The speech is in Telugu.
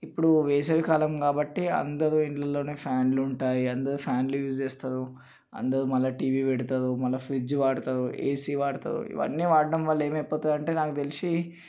ఇప్పుడు వేసవి కాలం కాబట్టి అందరూ ఇళ్ళలోనే ఫ్యాన్లు ఉంటాయి అందరూ ఫ్యాన్లు యూజ్ చేస్తారు అందరూ మళ్ళీ టీవీ పెడతారు మళ్ళీ ఫ్రిడ్జ్ వాడతారు ఏసీ వాడతారు ఇవన్నీ వాడటం వల్ల ఏమైపోతుందంటే నాకు తెలిసి